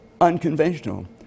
unconventional